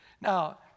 Now